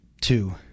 Two